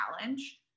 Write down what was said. challenge